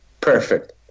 perfect